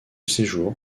séjour